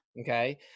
Okay